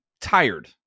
tired